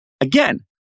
again